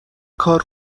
کار